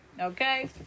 Okay